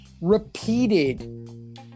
repeated